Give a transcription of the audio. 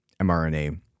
mRNA